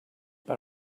but